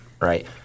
right